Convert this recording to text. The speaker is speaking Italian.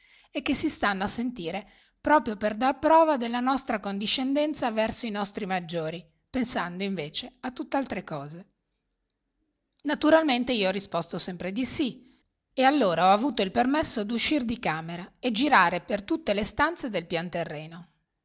e che si stanno a sentire proprio per dar prova della nostra condiscendenza verso i nostri maggiori pensando invece a tutt'altre cose naturalmente io ho risposto sempre di sì e allora ho avuto il permesso d'uscir di camera e girare per tutte le stanze del pian terreno